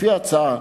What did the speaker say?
לפי ההצעה,